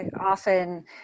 often